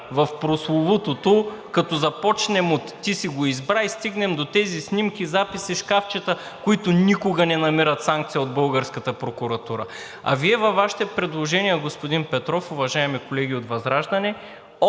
в прословутото, като започнем от: „Ти си го избра!“ и стигнем до тези снимки, записи, шкафчета, които никога не намират санкция от българската прокуратура. А Вие във Вашите предложения, господин Петров, уважаеми колеги от ВЪЗРАЖДАНЕ